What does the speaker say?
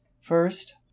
first